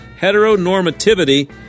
heteronormativity